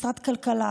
משרד הכלכלה,